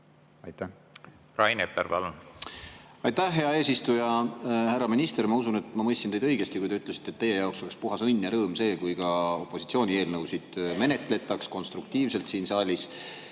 andnud. Rain Epler, palun! Aitäh, hea eesistuja! Härra minister! Ma usun, et ma mõistsin teid õigesti, kui te ütlesite, et teie jaoks oleks puhas õnn ja rõõm see, kui ka opositsiooni eelnõusid menetletaks konstruktiivselt siin saalis.